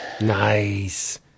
Nice